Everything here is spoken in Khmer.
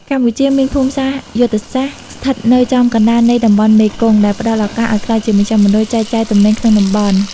កម្ពុជាមានភូមិសាស្ត្រយុទ្ធសាស្ត្រស្ថិតនៅចំកណ្ដាលនៃតំបន់មេគង្គ ដែលផ្ដល់ឱកាសឱ្យក្លាយជាមជ្ឈមណ្ឌលចែកចាយទំនិញក្នុងតំបន់។